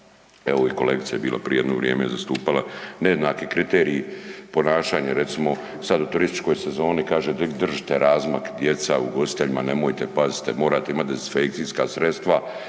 evo i kolegica je bila prije jedno vrijeme zastupala, nejednaki kriteriji ponašanja. Recimo, sad u turističkoj sezoni kaže de držite razmak, djeca, ugostiteljima, nemojte, pazite, morate imati dezinfekcijska sredstva,